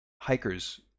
hikers